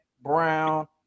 brown